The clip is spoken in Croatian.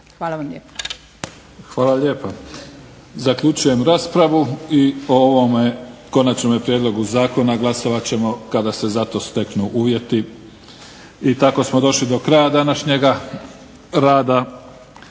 Hvala vam lijepa.